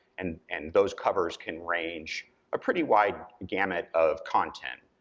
and and those covers can range a pretty wide gamut of content.